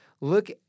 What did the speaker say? Look